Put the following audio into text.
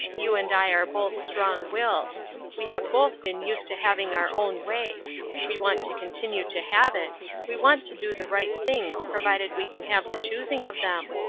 you and i are both strong-willed we have both been used to having our own way we want to continue to have it we want to do the right things provided we can have the choosing of them.